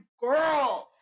girls